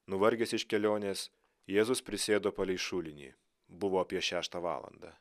nuvargęs iš kelionės jėzus prisėdo palei šulinį buvo apie šeštą valandą